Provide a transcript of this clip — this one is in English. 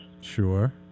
Sure